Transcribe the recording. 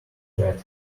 tread